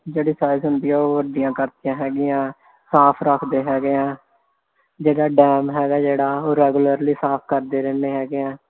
ਜਿਹੜੀ ਸਾਈਜ਼ ਹੁੰਦੀ ਆ ਉਹ ਵੱਡੀਆਂ ਕਰਤੀਆਂ ਹੈਗੀਆਂ ਸਾਫ਼ ਰੱਖਦੇ ਹੈਗੇ ਆ ਜਿਹੜਾ ਡੈਮ ਹੈਗਾ ਜਿਹੜਾ ਉਹ ਰੈਗੂਲਰਲੀ ਸਾਫ਼ ਕਰਦੇ ਰਹਿੰਦੇ ਹੈਗੇ ਆ